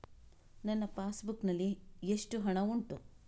ನನ್ನ passbook ನಲ್ಲಿ ಎಷ್ಟು ಹಣ ಉಂಟು?